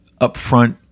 upfront